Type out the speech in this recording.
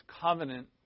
covenant